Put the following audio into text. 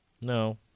No